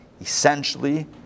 essentially